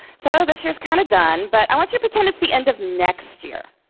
so this year's kind of done, but i want you to pretend it's the end of next year,